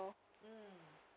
mm